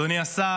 אדוני השר,